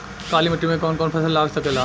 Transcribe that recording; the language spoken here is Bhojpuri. काली मिट्टी मे कौन कौन फसल लाग सकेला?